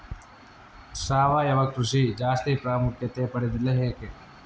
ಸಾವಯವ ಕೃಷಿ ಜಾಸ್ತಿ ಪ್ರಾಮುಖ್ಯತೆ ಪಡೆದಿಲ್ಲ ಯಾಕೆ?